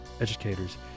educators